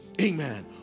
amen